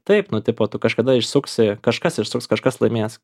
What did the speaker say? taip nu tipo tu kažkada išsisuksi kažkas išsuks kažkas laimės